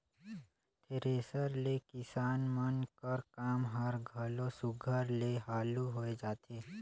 thresher ले किसान मन कर काम हर घलो सुग्घर ले हालु होए जाथे